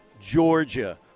Georgia